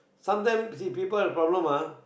sometimes see people problem ah